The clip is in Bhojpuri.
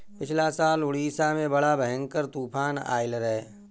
पिछला साल उड़ीसा में बड़ा भयंकर तूफान आईल रहे